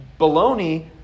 baloney